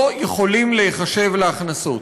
לא יכולים להיחשב כהכנסות.